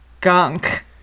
gunk